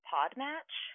Podmatch